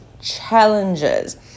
challenges